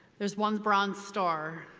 there's one bronze star,